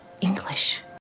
English